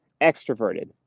extroverted